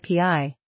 API